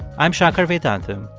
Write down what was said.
i'm shankar vedantam,